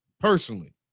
personally